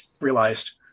realized